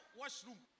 washroom